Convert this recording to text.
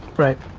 right.